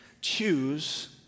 Choose